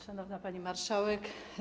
Szanowna Pani Marszałek!